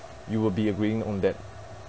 you will be agreeing on that